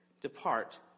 Depart